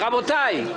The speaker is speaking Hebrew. רבותי,